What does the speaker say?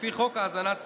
לפי חוק האזנת סתר,